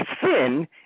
sin